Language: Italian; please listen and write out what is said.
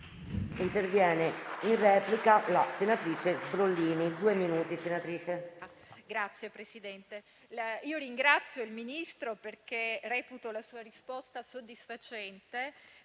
intervenire in replica la senatrice Sbrollini,